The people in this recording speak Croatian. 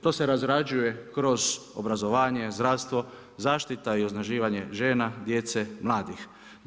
To se razrađuje kroz obrazovanje, zdravstvo, zaštita i osnaživanje žena, djece, mladih.